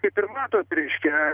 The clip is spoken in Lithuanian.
kaip ir matot reiškia